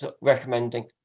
recommending